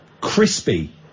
crispy